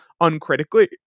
uncritically